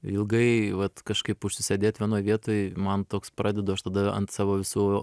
ilgai vat kažkaip užsisėdėt vienoj vietoj man toks pradedu aš tada ant savo visų